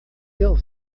ele